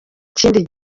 kindi